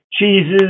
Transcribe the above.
Cheeses